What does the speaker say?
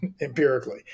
empirically